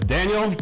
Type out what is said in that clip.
Daniel